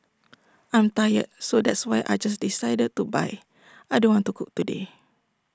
I'm tired so that's why I just decided to buy I don't want to cook today